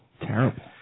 Terrible